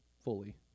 fully